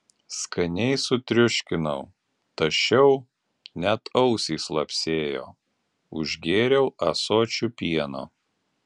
skaniai sutriuškinau tašiau net ausys lapsėjo užgėriau ąsočiu pieno